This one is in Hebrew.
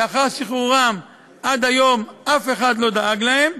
שלאחר שחרורם, עד היום אף אחד לא דאג להם,